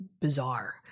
bizarre